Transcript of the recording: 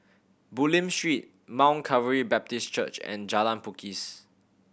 Bulim Street Mount Calvary Baptist Church and Jalan Pakis